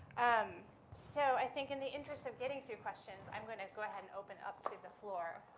um so i think, in the interest of getting through questions, i'm going to go ahead and open up to the floor.